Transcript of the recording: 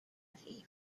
evening